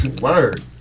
Word